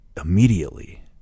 immediately